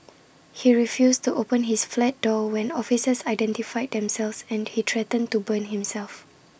he refused to open his flat door when officers identified themselves and he threatened to burn himself